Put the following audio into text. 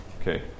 Okay